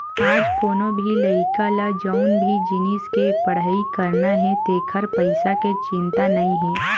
आज कोनो भी लइका ल जउन भी जिनिस के पड़हई करना हे तेखर पइसा के चिंता नइ हे